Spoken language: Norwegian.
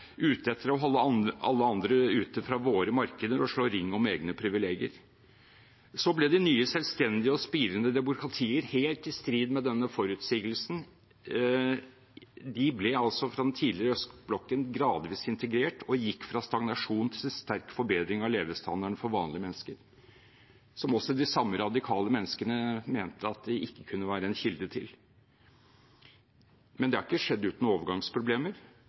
ute etter å holde alle andre ute fra våre markeder og slå ring om egne privilegier. Så ble de nye, selvstendige og spirende demokratier fra den tidligere østblokken, helt i strid med denne forutsigelsen, gradvis integrert og gikk fra stagnasjon til sterk forbedring av levestandarden for vanlige mennesker, som også de samme radikale menneskene mente at de ikke kunne være en kilde til. Det har ikke skjedd uten overgangsproblemer,